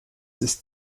ist